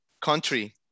country